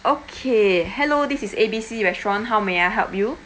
okay hello this is A B C restaurant how may I help you